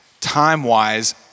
time-wise